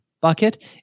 bucket